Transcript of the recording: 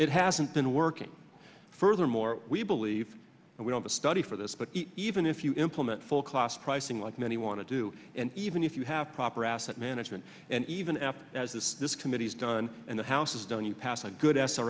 it hasn't been working furthermore we believe and we don't the study for this but even if you implement full class pricing like many want to do and even if you have proper asset management and even after as this this committee's done and the house is done you pass a good as a